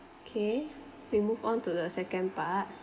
K we move onto the second part